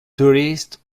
tourist